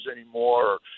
anymore